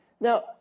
Now